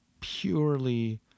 purely